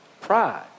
pride